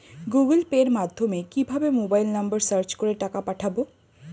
Google Pay মাধ্যমে কিভাবে mobile number search করে টাকা পাঠাবো?